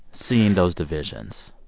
seeing those divisions?